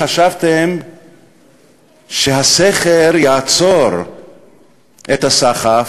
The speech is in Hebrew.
חשבתם שהסכר יעצור את הסחף,